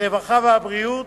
הרווחה והבריאות,